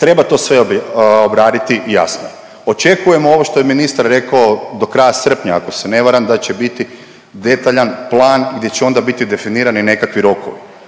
Treba sve to obraditi jasno je, očekujemo ovo što je ministar rekao do kraja srpnja ako se ne varam da će biti detaljan plan gdje će onda biti definirani nekakvi rokovi.